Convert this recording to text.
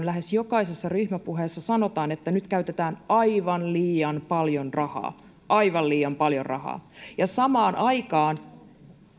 lähes jokaisessa ryhmäpuheessa sanotaan että nyt käytetään aivan liian paljon rahaa aivan liian paljon rahaa ja samaan aikaan